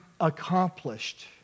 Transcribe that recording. accomplished